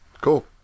Cool